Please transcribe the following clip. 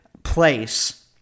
place